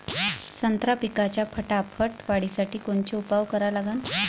संत्रा पिकाच्या फटाफट वाढीसाठी कोनचे उपाव करा लागन?